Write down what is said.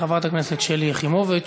חברת הכנסת שלי יחימוביץ,